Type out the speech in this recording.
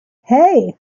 hey